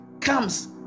comes